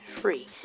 free